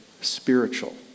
spiritual